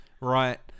Right